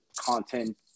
content